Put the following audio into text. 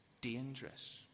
dangerous